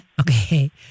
Okay